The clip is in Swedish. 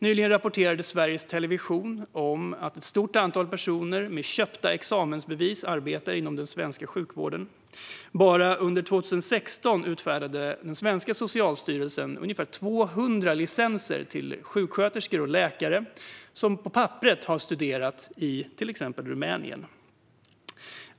Nyligen rapporterade Sveriges Television att ett stort antal personer med köpta examensbevis arbetar inom den svenska sjukvården. Bara under 2016 utfärdade den svenska socialstyrelsen ungefär 200 yrkeslicenser till sjuksköterskor och läkare som på papperet studerat i till exempel Rumänien.